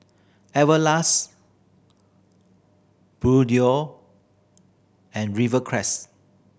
Everlast Bluedio and Rivercrest